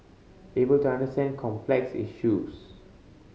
able to understand complex issues